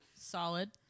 solid